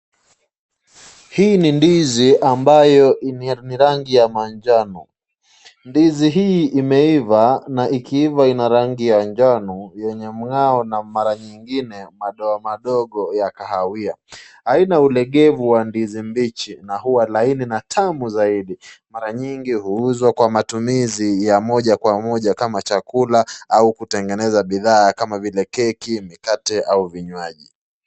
Hii ni ndizi ambayo ni rangi ya manjano. Ndizi hii imeiva na ikiiva ina rangi ya njano yenye mng'ao na mara nyingine madoa madogo ya kahawia. Haina ulegevu wa ndizi mbichi na hua laini na tamu zaidi. Mara nyingi huuzwa kwa matumizi ya moja kwa moja kama chakula au kutengeneza bidhaa kama vile keki, mikate au vinywaji.